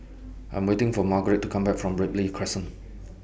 I'm waiting For Margaret to Come Back from Ripley Crescent